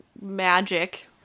magic